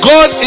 God